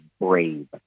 Brave